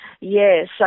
yes